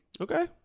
Okay